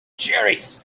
cherries